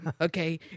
okay